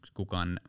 kukaan